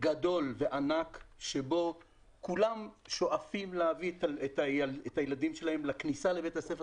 גדול וענק שבו כולם שואפים להביא את הילדים שלהם לכניסה לבית הספר,